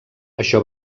això